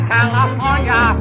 California